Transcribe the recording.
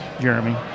Jeremy